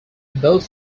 both